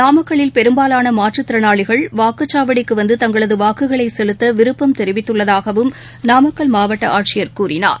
நாமக்கல்லில் பெரும்பாலானமாற்றுத்திறனாளிகள் வாக்குச்சாவடிக்குவந்து தங்களதுவாக்குகளைசெலுத்தவிருப்பம் தெரிவித்துள்ளதாகவும் மாவட்டஆட்சியர் கூறினார்